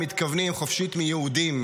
הם מתכוונים חופשית מיהודים,